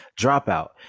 dropout